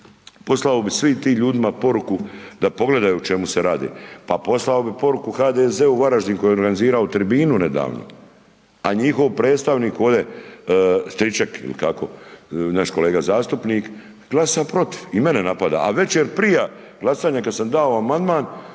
poslao bi svim tim ljudima poruku da pogledaju o čem se radi, pa poslao bi poruku HDZ-u u Varaždin koji je organizirao tribinu nedavno a njihov predstavnik ovdje, Stričak ili kako, naš kolega zastupnik, glasa protiv i mene napada, a večer prije glasanja kad sam dao amandman,